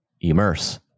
Immerse